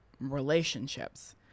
relationships